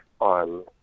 On